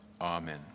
Amen